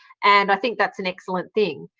and i think that's an excellent thing.